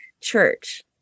church